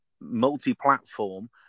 multi-platform